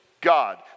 God